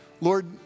Lord